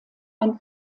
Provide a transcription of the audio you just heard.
ein